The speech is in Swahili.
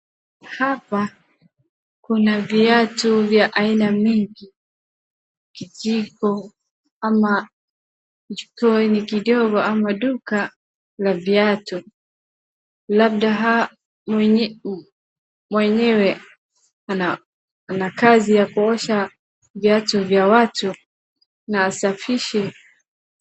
Hapa kuna viatu vya aina mingi. Kijiko ama jiko ni kidogo ama duka la viatu. Labda mwenyewe ana kazi ya kuosha viatu vya watu na asafishe.